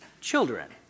children